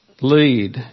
Lead